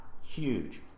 huge